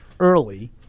early